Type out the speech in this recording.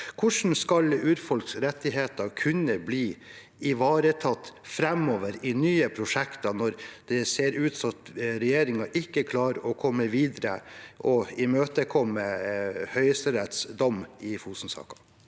Hvordan skal urfolks rettigheter kunne bli ivaretatt framover i nye prosjekter når det ser ut som regjeringen ikke klarer å komme videre og imøtekomme Høyesteretts dom i Fosen-saken?